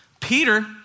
Peter